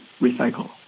recycle